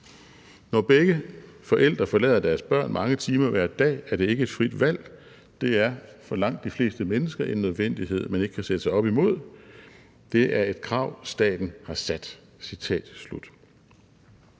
Når begge forældre forlader deres børn mange timer hver dag, er det ikke et frit valg – det er for langt de fleste mennesker en nødvendighed, man ikke kan sætte sig op imod. Det er et krav, staten har sat.